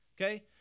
Okay